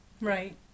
Right